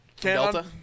Delta